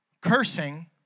cursing